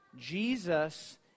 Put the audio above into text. Jesus